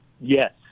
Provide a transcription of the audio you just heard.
Yes